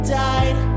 died